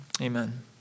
Amen